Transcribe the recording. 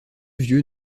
vieux